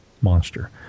monster